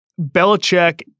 Belichick